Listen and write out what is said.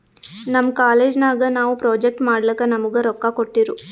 ನಮ್ ಕಾಲೇಜ್ ನಾಗ್ ನಾವು ಪ್ರೊಜೆಕ್ಟ್ ಮಾಡ್ಲಕ್ ನಮುಗಾ ರೊಕ್ಕಾ ಕೋಟ್ಟಿರು